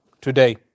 today